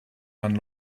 man